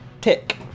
Tick